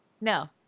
No